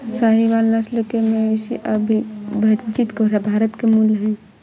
साहीवाल नस्ल के मवेशी अविभजित भारत के मूल हैं